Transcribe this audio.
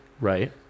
Right